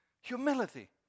Humility